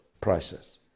prices